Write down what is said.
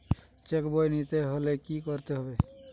Check বই নিতে হলে কি করতে হবে?